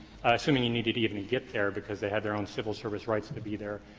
assuming you need to to even and get there because they have their own civil service rights to be there,